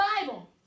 Bible